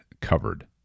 covered